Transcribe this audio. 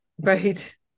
Right